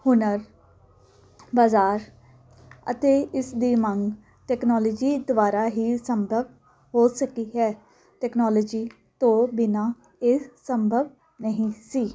ਹੁਨਰ ਬਾਜ਼ਾਰ ਅਤੇ ਇਸ ਦੀ ਮੰਗ ਟੈਕਨੋਲੋਜੀ ਦੁਆਰਾ ਹੀ ਸੰਭਵ ਹੋ ਸਕੀ ਹੈ ਤੈਕਨੋਲਜੀ ਕੈਰੀਅਰ ਤੋਂ ਬਿਨਾਂ ਇਹ ਸੰਭਵ ਨਹੀਂ ਸੀ